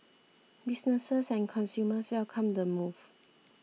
businesses and consumers welcomed the move